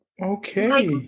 okay